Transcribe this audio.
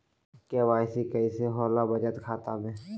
KYC कैसे होला बचत खाता में?